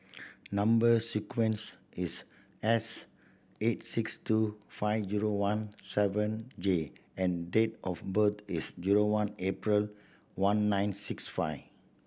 number sequence is S eight six two five zero one seven J and date of birth is zero one April one nine six five